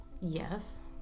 Yes